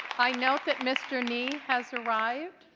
i note that mr. nie has arrived.